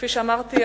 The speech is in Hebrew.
כפי שאמרתי,